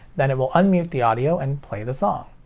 then it will unmute the audio, and play the song.